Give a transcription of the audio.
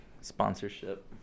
sponsorship